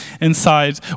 inside